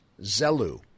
Zelu